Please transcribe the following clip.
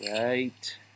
Right